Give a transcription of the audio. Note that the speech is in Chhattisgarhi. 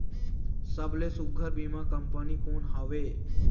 सबले सुघ्घर बीमा कंपनी कोन हवे?